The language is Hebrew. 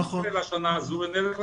נסתכל על השנה הזו ונצא לדרך.